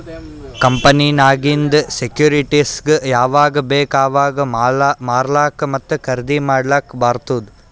ಕಂಪನಿನಾಗಿಂದ್ ಸೆಕ್ಯೂರಿಟಿಸ್ಗ ಯಾವಾಗ್ ಬೇಕ್ ಅವಾಗ್ ಮಾರ್ಲಾಕ ಮತ್ತ ಖರ್ದಿ ಮಾಡ್ಲಕ್ ಬಾರ್ತುದ್